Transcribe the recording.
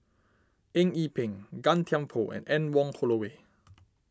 Eng Yee Peng Gan Thiam Poh and Anne Wong Holloway